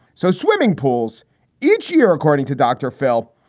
so swimming pools each year, according to dr. phil,